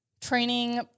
training